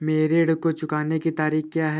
मेरे ऋण को चुकाने की तारीख़ क्या है?